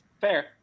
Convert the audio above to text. Fair